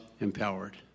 empowered